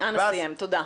אנא סיים, תודה.